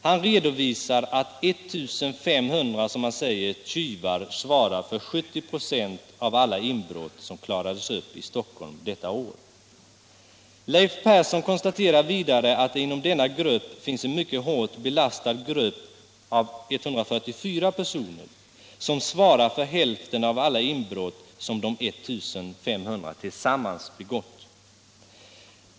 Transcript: Han redovisar att 1 500, som han säger, tjuvar svarar för 70 96 av alla inbrott som klarades upp i Stockholm detta år. Leif Persson konstaterar vidare att det inom denna kategori finns en mycket hårt belastad grupp av 144 personer som svarar för hälften av alla inbrott som de 1 500 tillsammans begått.